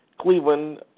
Cleveland